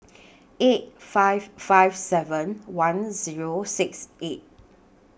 eight five five seven one Zero six eight